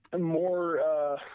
more